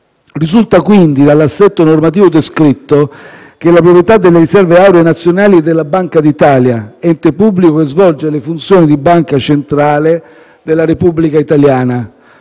Risulta quindi, dall'assetto normativo descritto, che la proprietà delle riserve auree nazionali è della Banca d'Italia, ente pubblico che svolge le funzioni di banca centrale della Repubblica Italiana: